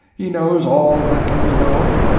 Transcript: he knows all that can be known,